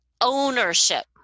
ownership